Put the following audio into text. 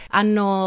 hanno